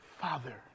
Father